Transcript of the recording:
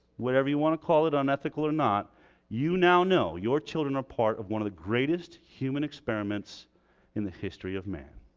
whatever you want to call it unethical or not you now know your children are part of one of the greatest human experiments in the history of man